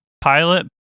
Pilot